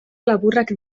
laburrak